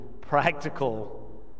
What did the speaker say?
practical